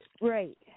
Right